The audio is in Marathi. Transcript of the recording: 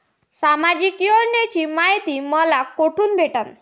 सामाजिक योजनेची मायती मले कोठून भेटनं?